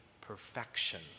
perfection